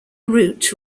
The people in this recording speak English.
route